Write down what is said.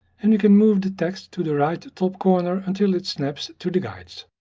and we can move the text to the right top corner until it snaps to the guides.